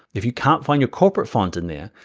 if you can't find your corporate font in there,